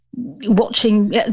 watching